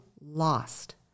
lost